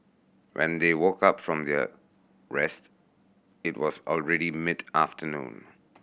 when they woke up from their rest it was already mid afternoon